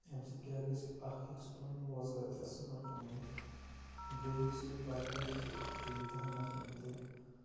اَمہِ سۭتۍ کیٛاہ گژھِ اَکھ ہیٚکہِ سُہ پَنُن روزگار تہِ اَصٕل پٲٹھۍ کَمٲیِتھ بیٚیہِ ہیٚکہِ سُہ باقِیَن تہِ بیٚیہِ دَہَن نَفرَن تہِ